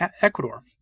Ecuador